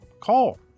call